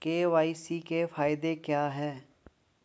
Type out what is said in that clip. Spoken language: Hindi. के.वाई.सी के फायदे क्या है?